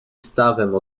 stawem